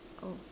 oh